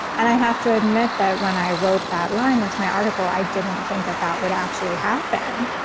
and i have to admit that when i wrote that line into my article, i didn't think that that would actually happen